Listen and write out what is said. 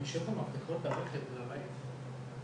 אז ראשית באמת ברכות לך על ההובלה של הנושא החשוב הזה